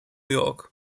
york